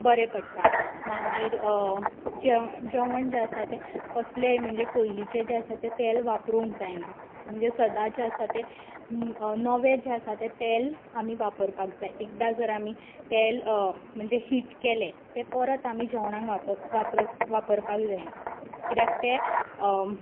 बरें पडटा मागीर जेवण जें आसता तें कसलेंच म्हणजे पयलींचें जें आसा तें तेल वापरूंक जायना म्हणजें सदांच जें आसा तें नवें जें आसा तें तेल आमी वापरपाक जाय एकदां जर आमी तेल म्हणचे हीट केलें तें परत आमी जेवणाक वापरपाक जायना कित्याक तें